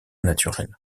naturel